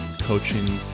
coaching